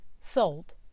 sold